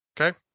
okay